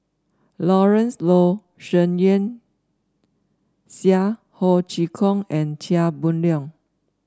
Lawrence Wong Shyun Tsai Ho Chee Kong and Chia Boon Leong